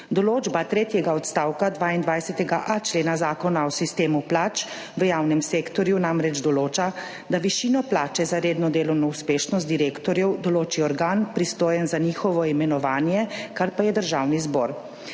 Določba tretjega odstavka 22.a člena Zakona o sistemu plač v javnem sektorju namreč določa, da višino plače za redno delovno uspešnost direktorjev določi organ, pristojen za njihovo imenovanje, kar pa je Državni zbor.